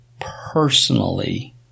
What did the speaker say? personally